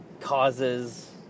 causes